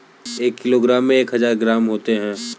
एक किलोग्राम में एक हजार ग्राम होते हैं